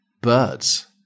birds